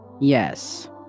Yes